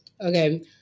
Okay